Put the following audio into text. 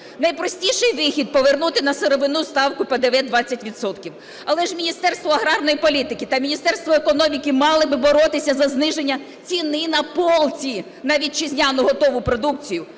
Найпростіший вихід – повернути на сировину ставку ПДВ 20 відсотків. Але ж Міністерство аграрної політики та Міністерство економіки мали би боротися за зниження ціни на полці на вітчизняну готову продукцію.